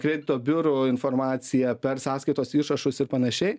kredito biurų informaciją per sąskaitos išrašus ir panašiai